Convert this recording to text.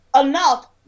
enough